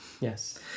Yes